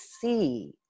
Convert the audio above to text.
see